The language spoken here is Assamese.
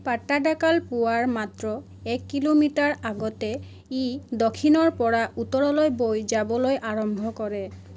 পাট্টাডাকাল পোৱাৰ মাত্ৰ এক কিলোমিটাৰ আগতে ই দক্ষিণৰ পৰা উত্তৰলৈ বৈ যাবলৈ আৰম্ভ কৰে